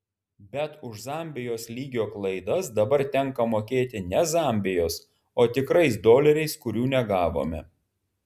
bet už zambijos lygio klaidas dabar tenka mokėti ne zambijos o tikrais doleriais kurių negavome